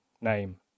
name